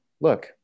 Look